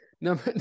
number